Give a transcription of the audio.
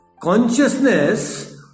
consciousness